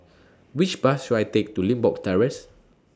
Which Bus should I Take to Limbok Terrace